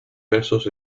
versos